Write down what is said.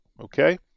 Okay